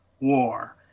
war